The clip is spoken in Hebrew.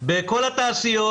בכל התעשיות,